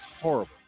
horrible